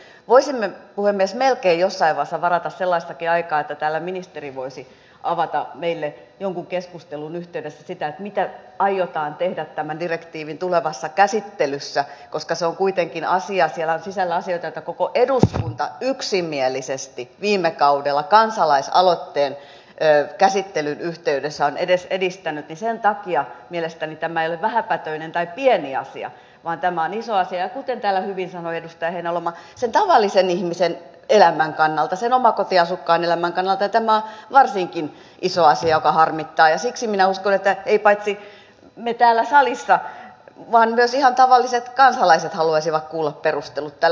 ja tietenkin voisimme melkein puhemies jossain vaiheessa varata sellaistakin aikaa että täällä ministeri voisi avata meille jonkun keskustelun yhteydessä sitä mitä aiotaan tehdä tämän direktiivin tulevassa käsittelyssä koska se on kuitenkin asia jonka sisällä on asioita joita koko eduskunta yksimielisesti viime kaudella kansalaisaloitteen käsittelyn yhteydessä on edistänyt ja sen takia mielestäni tämä ei ole vähäpätöinen tai pieni asia vaan tämä on iso asia ja kuten täällä hyvin sanoi edustaja heinäluoma sen tavallisen ihmisen elämän kannalta sen omakotiasukkaan elämän kannalta tämä on varsinkin iso asia joka harmittaa ja siksi minä uskon että emme vain me täällä salissa vaan myös ihan tavalliset kansalaiset haluaisivat kuulla perustelut tälle